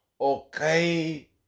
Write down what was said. Okay